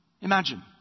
Imagine